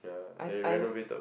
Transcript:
I I